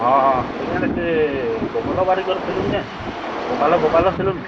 ହଁ ହଁ ଆଜ୍ଞା ସେ ଗୋପାଳ ବାରିକ୍ ଘରର୍ ସେଲୁନ୍ କାଏଁ ଗୋପାଲ ଗୋପାଲ ସେଲୁନ୍